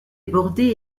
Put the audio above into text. bordés